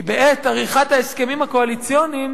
כי בעת עריכת ההסכמים הקואליציוניים